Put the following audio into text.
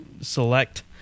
select